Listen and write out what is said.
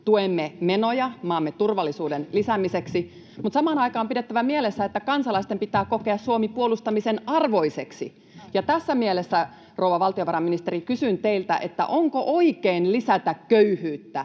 tuemme menoja maamme turvallisuuden lisäämiseksi, mutta samaan aikaan on pidettävä mielessä, että kansalaisten pitää kokea Suomi puolustamisen arvoiseksi. Tässä mielessä, rouva valtiovarainministeri, kysyn teiltä: Onko oikein lisätä köyhyyttä